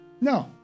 No